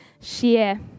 share